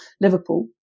Liverpool